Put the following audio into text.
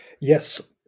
Yes